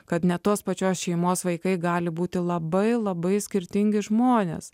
kad ne tos pačios šeimos vaikai gali būti labai labai skirtingi žmonės